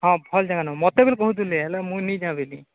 ହଁ ଭଲ୍ ଜାଗାନୁ ମୋତେ ବି କହୁଥିଲେ ହେଲେ ମୁଇଁ ନାଇଁ ଯାଏ ବୋଇଲି